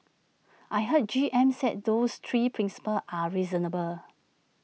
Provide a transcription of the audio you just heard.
I heard G M said those three principles are reasonable